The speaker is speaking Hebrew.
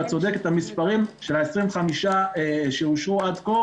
את צודקת, המספר של 27 שאושרו עד כה